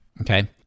Okay